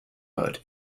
hood